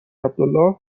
عبدالله